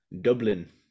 Dublin